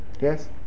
Yes